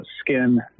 skin